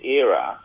era